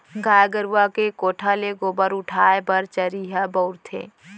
गाय गरूवा के कोठा ले गोबर उठाय बर चरिहा बउरथे